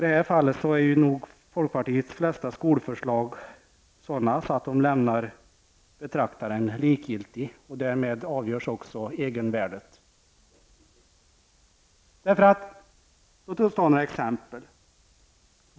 De flesta av folkpartiets skolförslag är nog sådana att de lämnar betraktaren likgiltig, och därmed avgörs också deras egenvärde. Låt oss ta några exempel.